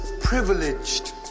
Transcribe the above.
privileged